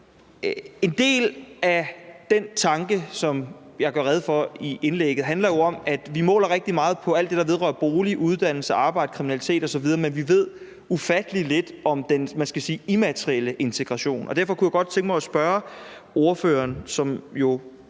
En del af den tanke, som jeg gør rede for i indlægget, handler jo om, at vi måler rigtig meget på alt det, der vedrører bolig, arbejde, uddannelse, kriminalitet osv. Men vi ved ufattelig lidt om den, hvad skal man sige, immaterielle integration. Derfor kunne jeg godt tænke mig at spørge ordføreren, som jo